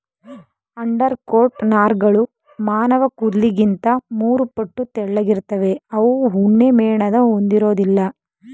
undercoat ನಾರ್ಗಳು ಮಾನವಕೂದ್ಲಿಗಿಂತ ಮೂರುಪಟ್ಟು ತೆಳ್ಳಗಿರ್ತವೆ ಅವು ಉಣ್ಣೆಮೇಣನ ಹೊಂದಿರೋದಿಲ್ಲ